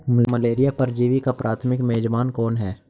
Malaria परजीवी का प्राथमिक मेजबान कौन है?